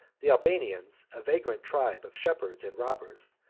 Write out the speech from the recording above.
the albanians, a vagrant tribe of shepherds and robbers,